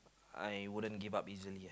I wouldn't give up easily